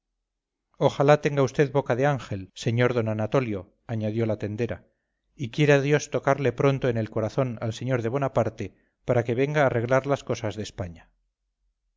ojalá tenga usted boca de ángel señor d anatolio añadió la tendera y quiera dios tocarle pronto en el corazón al señor de bonaparte para que venga a arreglar las cosas de españa